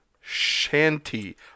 shanty